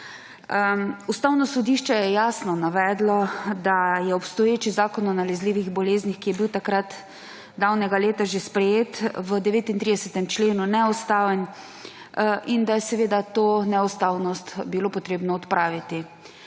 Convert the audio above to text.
Ustavno sodišče je jasno navedlo, da je obstoječi zakon o nalezljivih boleznih, ki je bil sprejet že davnega leta, v 39. členu neustaven in da je to neustavnost treba odpraviti.